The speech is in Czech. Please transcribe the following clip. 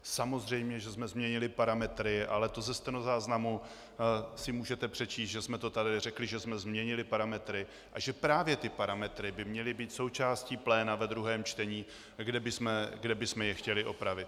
Samozřejmě že jsme změnili parametry, ale to ze stenozáznamu si můžete přečíst, že jsme to tady řekli, že jsme změnili parametry a že právě ty parametry by měly být součástí pléna ve druhém čtení, kde bychom je chtěli opravit.